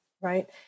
Right